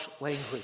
language